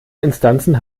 instanzen